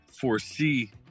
foresee